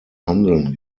handeln